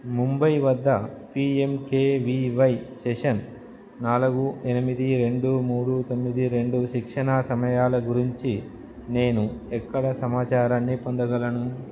ముంబై వద్ద PMKVY session నాలుగు ఎనిమిది రెండు మూడు తొమ్మిది రెండు శిక్షణా సమయాల గురించి నేను ఎక్కడ సమాచారాన్ని పొందగలను